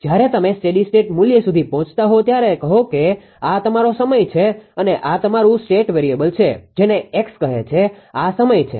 જ્યારે તમે steady state મૂલ્ય સુધી પહોંચતા હો ત્યારે કહો કે આ તમારો સમય છે અને આ તમારું સ્ટેટ વેરીએબલ છે જેને X કહે છે આ સમય છે